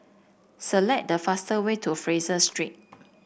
select the fastest way to Fraser Street